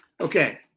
Okay